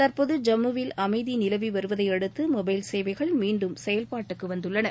தற்போது ஜம்முவில் அமைதி நிலவி வருவதையடுத்து மொபைல் சேவைகள் மீண்டும் செயல்பாட்டுக்கு வந்துள்ளன